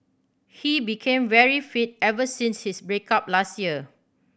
he became very fit ever since his break up last year